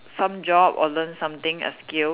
some job or learn something as skill